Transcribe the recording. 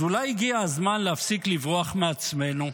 אז אולי הגיע הזמן להפסיק לברוח מעצמנו?